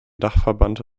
dachverband